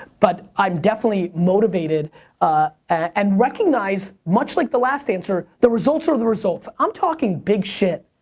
but i'm definitely motivated and recognize, much like the last answer, the results are the results. i'm talking big shit,